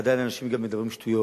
עדיין אנשים גם מדברים שטויות.